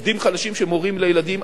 עובדים חלשים שהם הורים לילדים,